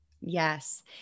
Yes